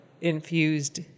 infused